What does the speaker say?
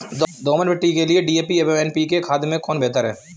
दोमट मिट्टी के लिए डी.ए.पी एवं एन.पी.के खाद में कौन बेहतर है?